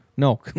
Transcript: No